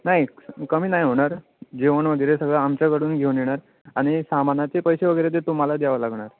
नाही कमी नाही होणार जेवण वगैरे सगळं आमच्याकडून घेऊन येणार आणि सामानाचे पैसे वगैरे ते तुम्हाला द्यावं लागणार